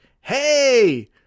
Hey